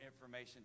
information